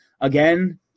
again